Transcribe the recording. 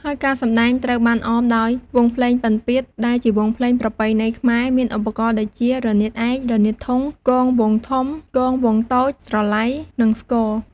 ហើយការសម្តែងត្រូវបានអមដោយ វង់ភ្លេងពិណពាទ្យ ដែលជាវង់ភ្លេងប្រពៃណីខ្មែរ មានឧបករណ៍ដូចជា រនាតឯក រនាតធុង គងវង់ធំ គងវង់តូច ស្រឡៃ និងស្គរ។